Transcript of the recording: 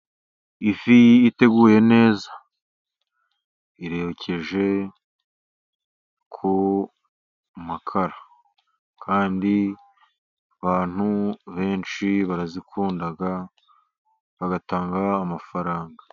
Ifi iteguye neza irokeje ku makara, kandi abantu benshi barazikunda bagatanga amafaranga.